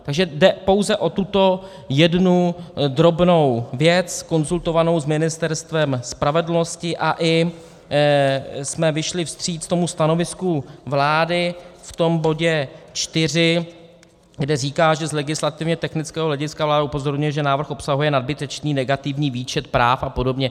Takže jde pouze o tuto jednu drobnou věc konzultovanou s Ministerstvem spravedlnosti a i jsme vyšli vstříc tomu stanovisku vlády v bodě 4, kde říká, že z legislativně technického hlediska vláda upozorňuje, že návrh obsahuje nadbytečný negativní výčet práv apod.